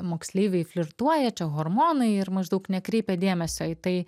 moksleiviai flirtuoja čia hormonai ir maždaug nekreipia dėmesio į tai